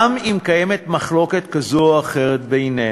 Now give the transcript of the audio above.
גם אם קיימת מחלוקת כזו או אחרת בינינו,